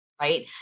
Right